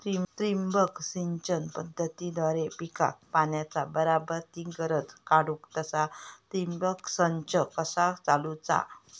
ठिबक सिंचन पद्धतीद्वारे पिकाक पाण्याचा बराबर ती गरज काडूक तसा ठिबक संच कसा चालवुचा?